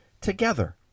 together